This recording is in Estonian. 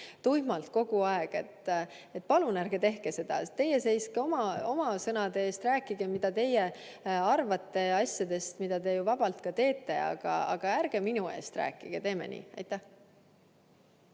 tuimalt kogu aeg. Palun ärge tehke seda! Teie seiske oma sõnade eest ja rääkige, mida teie arvate asjadest, nagu te ju vabalt ka teete, aga ärge minu eest rääkige, teeme nii. Martin